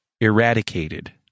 eradicated